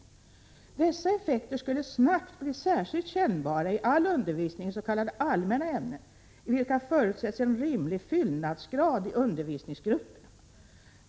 Dessa effekter skulle snabbt bli särskilt kännbara i all undervisning is.k. allmänna ämnen, i vilka förutsätts en rimlig fyllnadsgrad i undervisningsgrupperna.